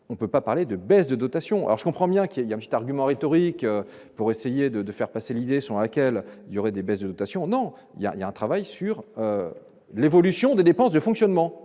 on peut pas parler de baisse de dotation alors je comprends bien qu'il y a argument rhétorique pour essayer de, de faire passer l'idée sur laquelle il y aurait des baisses de notation non il y a, il y a un travail sur l'évolution des dépenses de fonctionnement,